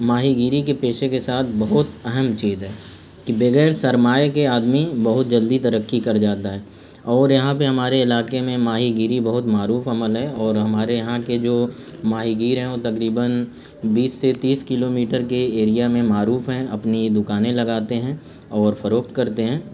ماہی گیری کے پیشے کے ساتھ بہت اہم چیز ہے کہ بغیر سرمائے کے آدمی بہت جلدی ترقی کر جاتا ہے اور یہاں پہ ہمارے علاقے میں ماہی گیری بہت معروف عمل ہے اور ہمارے یہاں کے جو ماہی گیر ہیں وہ تقریباً بیس سے تیس کلو میٹر کے ایریا میں معروف ہیں اپنی دکانیں لگاتے ہیں اور فروخت کرتے ہیں